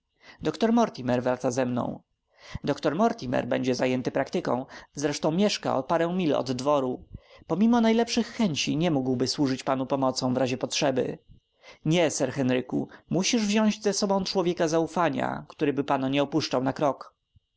doktor mortimer wraca ze mną doktor mortimer będzie zajęty praktyką zresztą mieszka o parę mil od dworu pomimo najlepszych chęci nie mógłby służyć panu pomocą w razie potrzeby nie sir henryku musisz wziąć ze sobą człowieka zaufania któryby pana nie opuszczał na krok